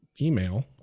email